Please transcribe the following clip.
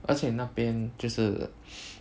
而且那边就是